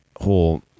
whole